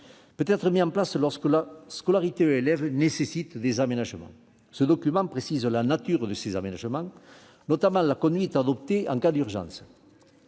peut être mis en place lorsque la scolarité de l'élève nécessite des aménagements. Ce document précise la nature de ces aménagements, notamment la conduite à adopter en cas d'urgence.